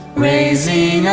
may c